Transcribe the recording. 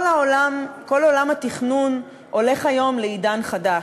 כל עולם התכנון הולך היום לעידן חדש.